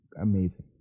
amazing